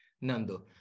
Nando